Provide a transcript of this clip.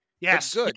Yes